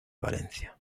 valencia